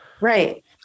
Right